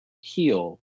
heal